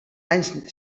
anys